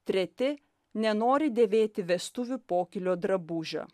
treti nenori dėvėti vestuvių pokylio drabužio